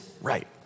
right